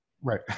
Right